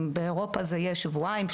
אם באירופה תור יהיה שבועיים,